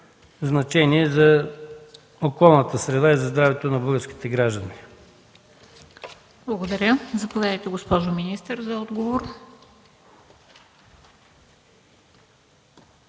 значение за околната среда и здравето на българските граждани.